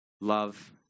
love